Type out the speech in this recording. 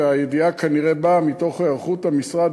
והידיעה כנראה באה מתוך היערכות המשרד,